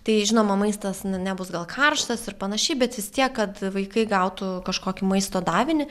tai žinoma maistas na nebus gal karštas ir panašiai bet vis tiek kad vaikai gautų kažkokį maisto davinį